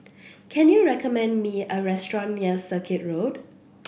can you recommend me a restaurant near Circuit Road